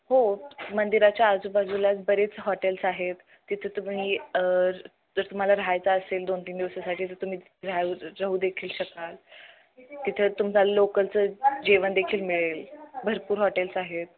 हो मंदिराच्या आजूबाजूला बरेच हॉटेल्स आहेत तिथे तुम्ही जर तुम्हाला राहायचं असेल दोन तीन दिवसासाठी तर तुम्ही राहू राहू देखील शकाल तिथं तुम्हा लोकलचं जेवण देखील मिळेल भरपूर हॉटेल्स आहेत